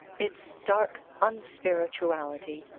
its dark unspirituality,